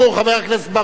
חבר הכנסת בר-און.